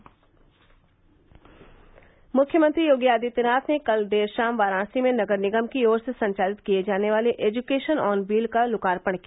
दिल्ली समाचार मुख्यमंत्री योगी आदित्यनाथ ने कल देर शाम वाराणसी में नगर निगम की ओर से संचालित किये जाने वाले एजुकेशन ऑन व्हील का लोकार्पण किया